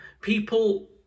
People